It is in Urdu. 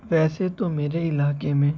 ویسے تو میرے علاقے میں